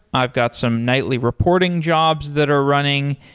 i've got some nightly reporting jobs that are running.